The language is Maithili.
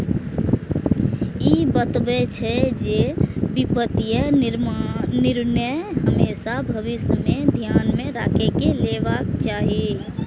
ई बतबै छै, जे वित्तीय निर्णय हमेशा भविष्य कें ध्यान मे राखि कें लेबाक चाही